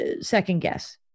second-guess